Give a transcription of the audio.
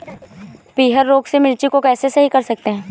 पीहर रोग से मिर्ची को कैसे सही कर सकते हैं?